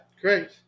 Great